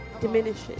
diminishes